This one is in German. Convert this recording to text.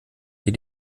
die